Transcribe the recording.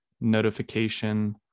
notification